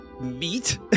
meat